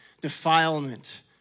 defilement